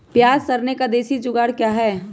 प्याज रखने का देसी जुगाड़ क्या है?